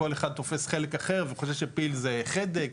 כל אחד תופס חלק אחר וחושב שפיל זה חדק,